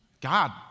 God